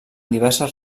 diverses